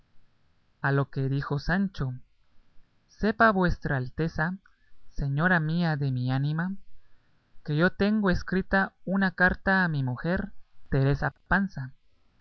a lo que dijo sancho sepa vuestra alteza señora mía de mi ánima que yo tengo escrita una carta a mi mujer teresa panza